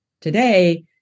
today